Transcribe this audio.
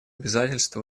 обязательств